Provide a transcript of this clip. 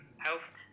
health